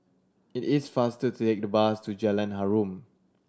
it is faster to take the bus to Jalan Harum